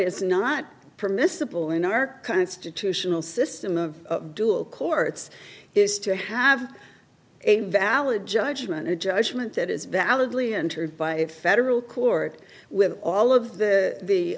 is not permissible in our constitutional system of dual courts is to have a valid judgment a judgment that is validly entered by a federal court with all of the the